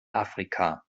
afrika